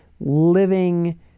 living